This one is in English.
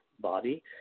body